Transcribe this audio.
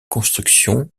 construction